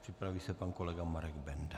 připraví se pan kolega Marek Benda.